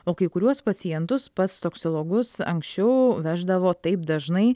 o kai kuriuos pacientus pas toksikologus anksčiau veždavo taip dažnai